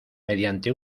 mediante